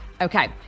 Okay